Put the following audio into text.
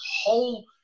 whole